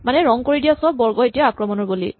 মানে ৰং কৰি দিয়া চব বৰ্গ এতিয়া আক্ৰমণৰ বলি